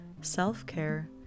self-care